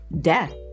death